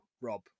Rob